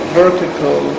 vertical